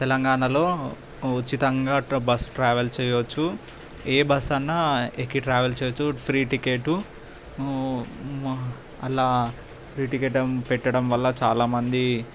తెలంగాణలో ఉచితంగా ట బస్ ట్రావెల్ చేయొచ్చు ఏ బస్సన్నా ఎక్కి ట్రావెల్ చేయొచ్చు ఫ్రీ టికెట్టు మా అలా ఫ్రీ టికెట్ పెట్టడం వల్ల చాలా మంది